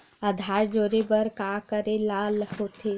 आधार जोड़े बर का करे ला होथे?